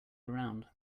around